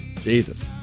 Jesus